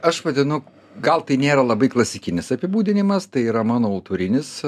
aš vadinu gal tai nėra labai klasikinis apibūdinimas tai yra mano autorinis